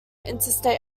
interstate